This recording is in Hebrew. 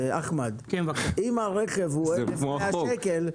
אחמד אם הרכב הוא 1,100 שקל,